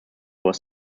was